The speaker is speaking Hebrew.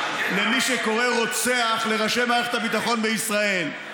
מי שקורא "רוצח" לראשי מערכת הביטחון בישראל.